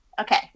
okay